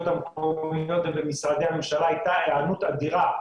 המקומיות ובמשרדי הממשלה הייתה היענות אדירה.